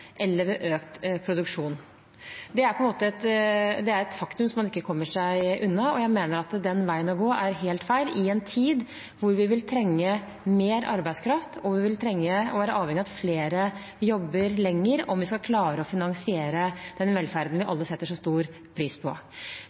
eller ved økt produksjon. Det er et faktum som man ikke kommer unna. Jeg mener at den veien å gå er helt feil, i en tid da vi vil trenge mer arbeidskraft og være avhengig av at flere jobber lenger, om vi skal klare å finansiere den velferden vi alle setter så stor pris på.